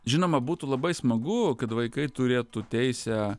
žinoma būtų labai smagu kad vaikai turėtų teisę